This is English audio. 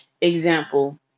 Example